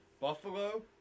Buffalo